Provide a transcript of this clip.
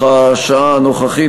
נוכח השעה הנוכחית,